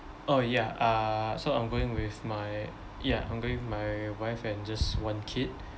oh ya uh so I'm going with my ya I'm going with my wife and just one kid